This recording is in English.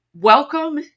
welcome